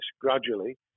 gradually